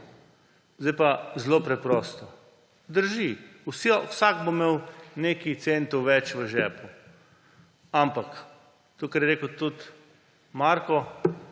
Zdaj pa zelo preprosto. Drži, vsak bo imel nekaj centov več v žepu. To, kar je rekel tudi Marko